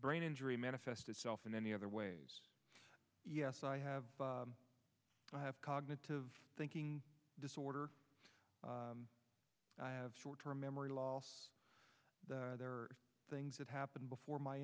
brain injury manifest itself in any other way yes i have i have cognitive thinking disorder i have short term memory loss there are things that happened before my